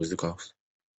muzikos